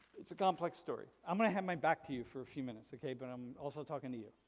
it's a complex story. i'm gonna have my back to you for a few minutes, okay? but i'm also talking to you,